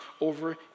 over